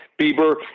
Bieber